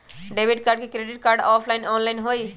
Debit card credit card offline online होई?